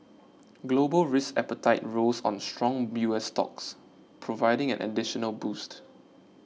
global risk appetite rose on strong U S stocks providing an additional boost